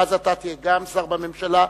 ואז גם אתה תהיה שר בממשלה.